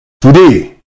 Today